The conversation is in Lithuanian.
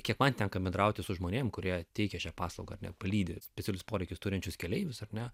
kiek man tenka bendrauti su žmonėms kurie teikia šią paslaugą palydi specialius poreikius turinčius keleivius ar ne